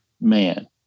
man